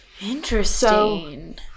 Interesting